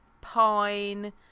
pine